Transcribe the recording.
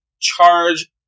charge